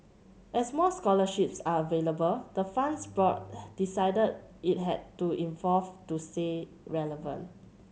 as more scholarships are available the fund's board decided it had to evolve to stay relevant